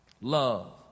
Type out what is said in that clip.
Love